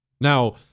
Now